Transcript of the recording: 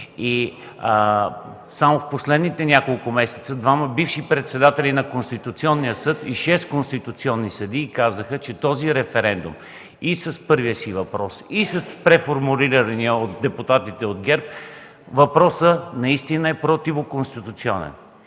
Само в последните няколко месеца двама бивши председатели на Конституционния съд и шест конституционни съдии казаха, че този референдум и с първия си въпрос, и с преформулирания от депутатите от ГЕРБ е противоконституционен.